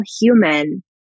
human